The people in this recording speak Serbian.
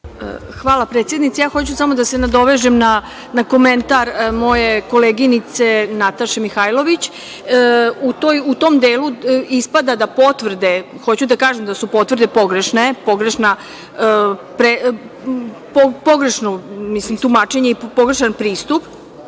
Hvala predsednice. Ja hoću samo da se nadovežem na komentar moje koleginice Nataše Mihailović, u tom delu ispada da potvrde, hoću da kažem da su potvrde pogrešne, pogrešno tumačenje i pogrešan je pristup,